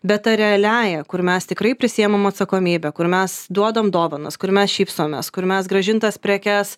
bet ta realiąja kur mes tikrai prisiimam atsakomybę kur mes duodam dovanas kur mes šypsomės kur mes grąžintas prekes